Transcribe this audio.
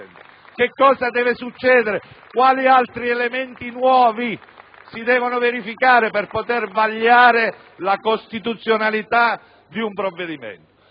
Che cosa deve succedere, quali altri elementi nuovi si devono verificare per poter vagliare la costituzionalità di un provvedimento?